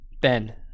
Ben